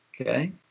okay